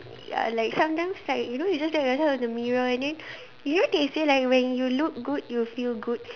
ya like sometimes like you know you just check yourself in the mirror and then you know they say like when you look good you'll feel good